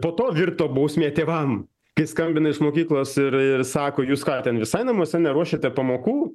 po to virto bausme tėvam kai skambina iš mokyklos ir ir sako jūs ką ten visai namuose neruošiate pamokų